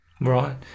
Right